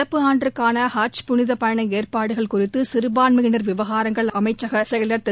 நடப்பு ஆண்டுக்கான ஹஜ் புனித பயண ஏற்பாடுகள் குறித்து சிறுபான்மையினர் விவகாரங்கள் அமைச்சக செயலர் திரு